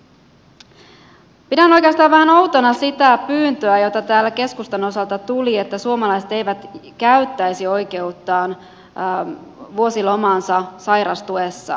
pidän oikeastaan vähän outona sitä pyyntöä joka täällä keskustan osalta tuli että suomalaiset eivät käyttäisi oikeuttaan vuosilomaansa sairastuessaan